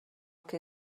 que